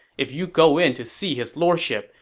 if you go in to see his lordship,